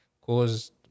caused